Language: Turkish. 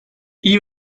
i̇yi